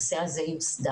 הנושא הזה יוסדר.